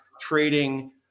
trading